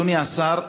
אדוני השר,